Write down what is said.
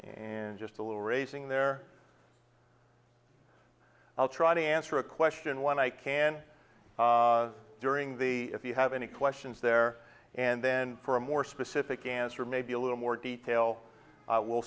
and just a little raising there i'll try to answer a question when i can during the if you have any questions there and then for a more specific answer maybe a little more detail will